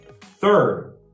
Third